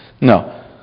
No